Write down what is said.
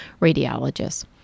radiologists